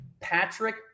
Patrick